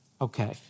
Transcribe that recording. Okay